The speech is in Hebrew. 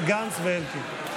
גנץ ואלקין.